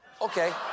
Okay